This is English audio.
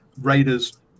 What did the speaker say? Raiders